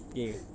okay